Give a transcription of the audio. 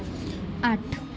ਅੱਠ